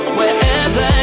wherever